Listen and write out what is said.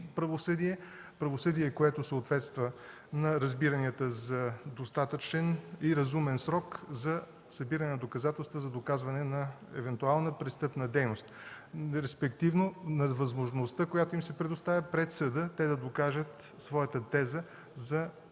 правосъдие, което съответства на разбиранията за достатъчен и разумен срок за събиране на доказателства за доказване на евентуална престъпна дейност и респективно на възможността, която им се предоставя пред съда – те да докажат своята теза за своята